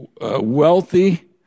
wealthy